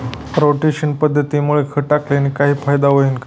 Rotation पद्धतीमुळे खत टाकल्याने काही फायदा होईल का?